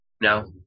No